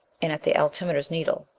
and at the altimeter's needle.